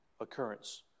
occurrence